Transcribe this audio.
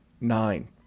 Nine